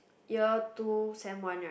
year two sem one right